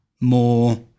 more